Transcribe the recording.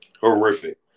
Horrific